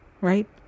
right